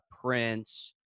Prince